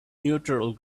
neutral